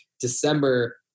December